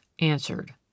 Answered